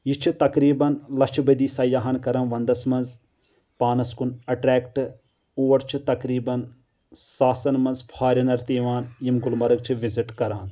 یہِ چھِ تقریٖبن لچھِ بدی سَیاحن کران ونٛدس منٛز پانس کُن اٹریکٹ اور چھِ تقریٖبن ساسن منٛز فارنر تہِ یِوان یِم گُلمرگ چھِ وِزٹ کران